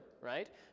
right